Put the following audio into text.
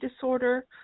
disorder